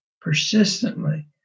persistently